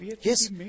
yes